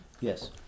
Yes